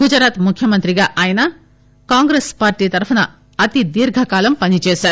గుజరాత్ ముఖ్యమంత్రిగా ఆయన కాంగ్రెస్ పార్టీ తరఫున అతి దీర్ఘకాలం పని చేశారు